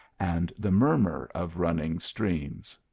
and the murmur of running streams.